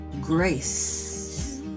grace